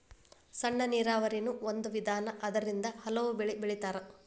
ಸಣ್ಣ ನೇರಾವರಿನು ಒಂದ ವಿಧಾನಾ ಅದರಿಂದ ಹಲವು ಬೆಳಿ ಬೆಳಿತಾರ